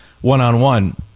one-on-one